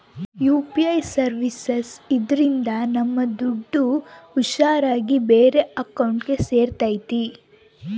UPI services ಇದ್ರಿಂದ ನಮ್ ದುಡ್ಡು ಹುಷಾರ್ ಆಗಿ ಬೇರೆ ಅಕೌಂಟ್ಗೆ ಸೇರ್ತೈತಿ